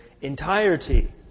entirety